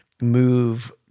move